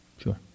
Sure